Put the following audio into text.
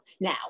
Now